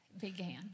began